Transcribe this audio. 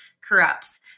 corrupts